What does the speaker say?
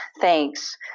Thanks